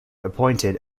appointed